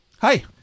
Hi